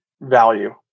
value